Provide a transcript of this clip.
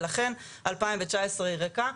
ולכן 2019 ריקה.